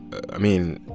i mean,